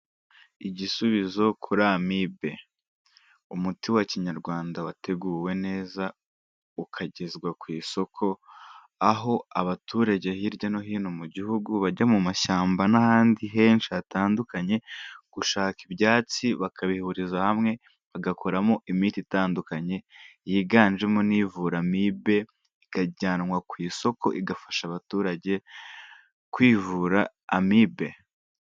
Igisubizo kuri amibe, umuti wa Kinyarwanda wateguwe neza ukagezwa ku isoko, aho abaturage hirya no hino mu gihugu bajya mu mashyamba n'ahandi henshi hatandukanye, gushaka ibyatsi bakabihuriza hamwe, bagakoramo imiti itandukanye yiganjemo n'ivura amibe ikajyanwa ku isoko, igafasha abaturage kwivura amibe.